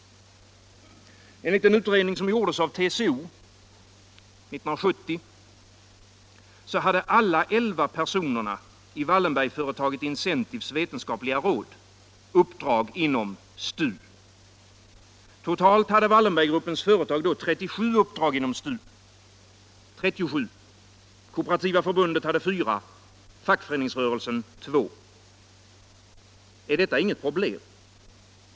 Enligt en utredning som gjordes av TCO år 1970 hade alla 11 personerna i Wallenbergföretaget Incentives vetenskapliga råd uppdrag inom STU. Totalt hade Wallenberggruppens företag då 37 uppdrag inom STU. Kooperativa förbundet hade 4 och fackföreningsrörelsen 2. Är detta inget problem?